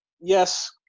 yes